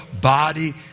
body